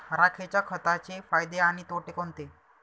राखेच्या खताचे फायदे आणि तोटे कोणते?